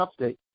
update